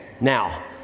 Now